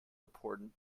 important